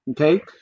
Okay